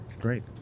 great